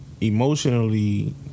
emotionally